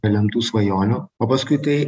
nelemtų svajonių o paskui tai